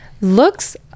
looks